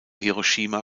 hiroshima